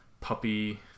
puppy